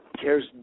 cares